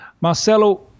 Marcelo